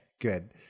Good